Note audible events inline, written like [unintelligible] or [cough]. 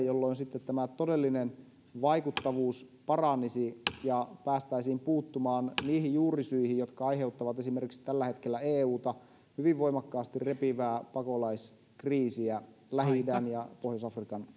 [unintelligible] jolloin sitten todellinen vaikuttavuus paranisi ja päästäisiin puuttumaan niihin juurisyihin jotka aiheuttavat esimerkiksi tällä hetkellä euta hyvin voimakkaasti repivää pakolaiskriisiä lähi idän ja pohjois afrikan